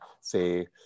say